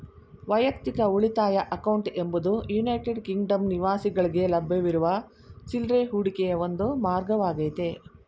ವೈಯಕ್ತಿಕ ಉಳಿತಾಯ ಅಕೌಂಟ್ ಎಂಬುದು ಯುನೈಟೆಡ್ ಕಿಂಗ್ಡಮ್ ನಿವಾಸಿಗಳ್ಗೆ ಲಭ್ಯವಿರುವ ಚಿಲ್ರೆ ಹೂಡಿಕೆಯ ಒಂದು ಮಾರ್ಗವಾಗೈತೆ